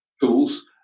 tools